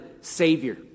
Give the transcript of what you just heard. savior